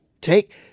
Take